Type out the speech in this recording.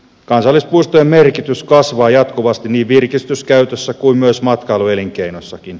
kansallispuistojen merkitys kasvaa jatkuvasti niin virkistyskäytössä kuin matkailuelinkeinossakin